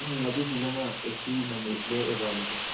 ꯎꯝ ꯑꯗꯨꯁꯨ ꯂꯣꯏꯅ A C non A C ꯂꯣꯏ ꯑꯦꯕꯥꯏꯂꯦꯕꯜ